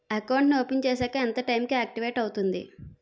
Account నీ open చేశాక ఎంత టైం కి ఆక్టివేట్ అవుతుంది?